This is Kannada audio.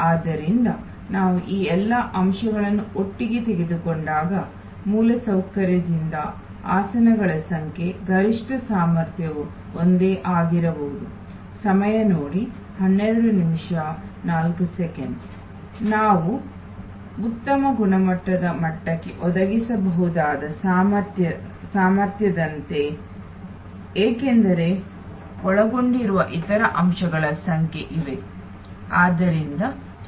ಆದ್ದರಿಂದ ನಾವು ಈ ಎಲ್ಲ ಅಂಶಗಳನ್ನು ಒಟ್ಟಿಗೆ ತೆಗೆದುಕೊಂಡಾಗ ಮೂಲಸೌಕರ್ಯದಿಂದ ಆಸನಗಳ ಸಂಖ್ಯೆ ಗರಿಷ್ಠ ಸಾಮರ್ಥ್ಯವು ಒಂದೇ ಆಗಿರಬಾರದು ನಾವು ಉತ್ತಮ ಗುಣಮಟ್ಟದ ಮಟ್ಟಕ್ಕೆ ಒದಗಿಸಬಹುದಾದ ಸಾಮರ್ಥ್ಯದಂತೆ ಏಕೆಂದರೆ ಒಳಗೊಂಡಿರುವ ಇತರ ಅಂಶಗಳ ಸಂಖ್ಯೆ ಇವೆ